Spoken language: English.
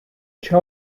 cho